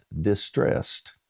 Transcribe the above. distressed